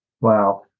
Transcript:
Wow